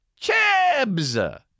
Chibs